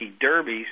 Derbies